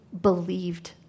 believed